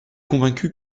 convaincue